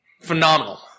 phenomenal